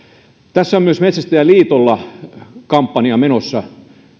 tässä on myös metsästäjäliitolla kampanja menossa